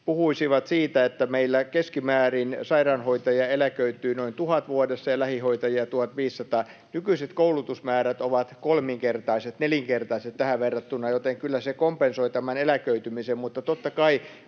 puhuisivat siitä, että meillä sairaanhoitajia eläköityy keskimäärin noin 1 000 vuodessa ja lähihoitajia 1 500. Nykyiset koulutusmäärät ovat kolminkertaiset tai nelinkertaiset tähän verrattuna, joten kyllä se kompensoi tämän eläköitymisen. Mutta totta kai